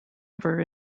river